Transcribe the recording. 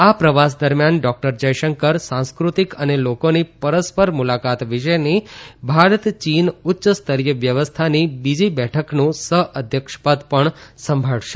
આ પ્રવાસ દરમ્યાન ડાક્ટર જયશંકર સાંસ્કૃતિક અને લોકોની પરસ્પર મુલાકાત વિષેની ભારત ચીન ઉચ્ય સ્તરીય વ્યવસ્થાની બીજી બેઠકનું સહઅધ્યક્ષપદ પણ સંભાળશે